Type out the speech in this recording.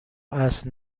اصل